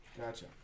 gotcha